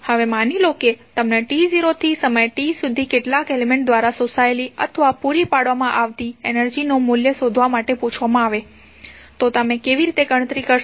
હવે માની લો કે તમને t0 થી સમય t સુધી કેટલાક એલિમેન્ટ દ્વારા શોષાયેલી અથવા પૂરી પાડવામાં આવતી એનર્જીનું મૂલ્ય શોધવા માટે પૂછવામાં આવે તો તમે કેવી રીતે ગણતરી કરી શકશો